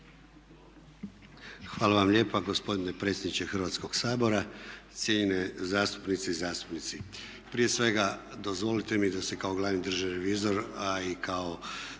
Hvala vam lijepa gospodine predsjedniče Hrvatskog sabora, cijenjene zastupnice i zastupnici. Prije svega dozvolite mi da se kao glavni državni revizor i u